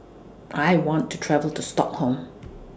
I want to travel to Stockholm